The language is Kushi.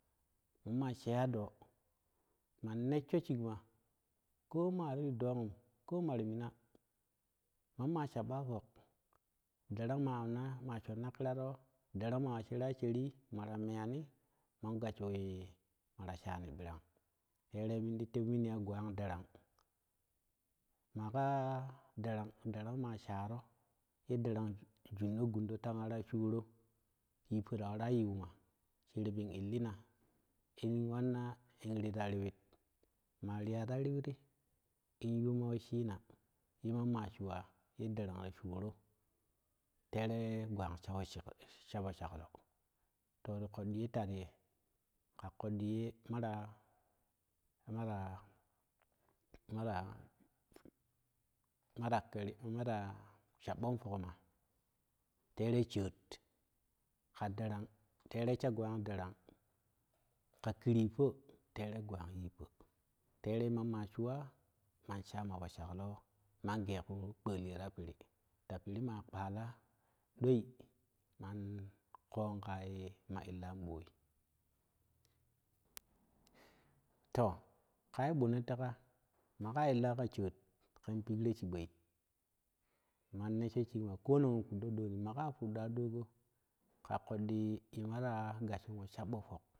Mamma sheya doo man nessho shiic ma ko marri ɗoo un ko maro mina mamma shaъa pok darang ma amna ma shonna kiraro darang mawa shera sheri mara meyani man gassho we mara shani birang tereimindi tewi mon ya gwang darang maka darang darang ma sharo te daran juuno gundo te darang jumno gundo wara shuworo tippo tara tildma sheribin illina in wanna in nira nwit ma riya ra riwirid in yuma weshina te mamma shuwa te darang ra shuworo terei gwan she we shak shapo shaklo to ti ƙoddi te tarze ƙa koddite mara mara mara mara kermara shabъon pokma terei shcot ka darang terei sha gwan darang ka keripo tere gwant tippo terei mamma suwa man shama poshaklo mageku kpoliyo ra piri ta piri ma kpala ɗoi man ƙon kaye ma illan ъoi to ai bone teka maka illa ka shoot ƙen pikro chiъoi man teesho shikma konong in fuddo dooni maka tudda dogo ka ƙoddo te mara gashon we shabbo pok.